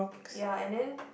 ya and then